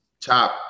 top